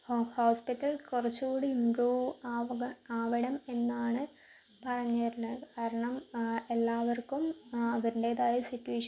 തയ്യാറെടുപ്പുകളും കാര്യങ്ങളും അതിന് വേണ്ടിയിട്ട് ചെയ്യുന്ന ഓരോ കാര്യങ്ങളുമൊക്കെ സെപ്പറേറ്റലി ഇങ്ങനെ മാറിക്കൊണ്ടിരിക്കുന്നതാണ് എല്ലായിടത്തും അത് ഇങ്ങനെ